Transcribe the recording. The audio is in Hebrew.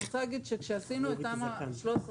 אני רוצה להגיד שכשעשינו את תמ"א 13/13,